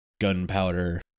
gunpowder